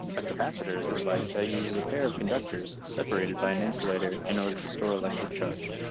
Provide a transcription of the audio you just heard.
a capacitor is a device that uses a pair of conductors separated by an insulator in order to store electric charge.